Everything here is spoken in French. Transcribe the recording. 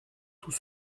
tout